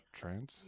trans